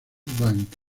bank